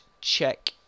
check